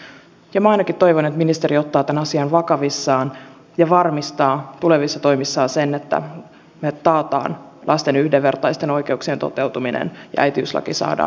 minä ainakin toivon että ministeriö ottaa tämän asian vakavissaan ja varmistaa tulevissa toimissaan sen että me takaamme lasten yhdenvertaisten oikeuksien toteutumisen ja äitiyslaki saadaan säädettyä